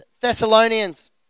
Thessalonians